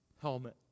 helmet